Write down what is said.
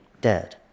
dead